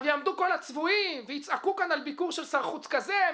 יעמדו כל הצבועים ויצעקו כאן על ביקור של שר חוץ כזה,